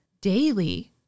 daily